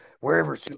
Wherever